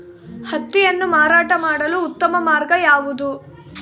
ಹತ್ತಿಯನ್ನು ಮಾರಾಟ ಮಾಡಲು ಉತ್ತಮ ಮಾರ್ಗ ಯಾವುದು?